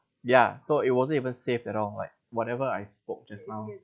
ya so it wasn't even saved at all like whatever I spoke just now